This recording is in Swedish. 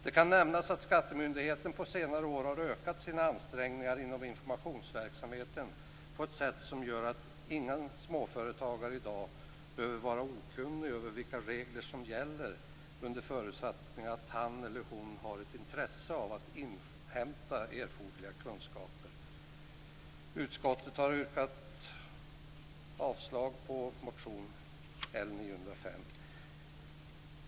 Det kan nämnas att skattemyndigheten på senare år har ökat sina ansträngningar inom informationsverksamheten på ett sätt som gör att ingen småföretagare i dag behöver vara okunnig om vilka regler som gäller under förutsättningen att han eller hon har ett intresse av att inhämta erforderliga kunskaper. Fru talman!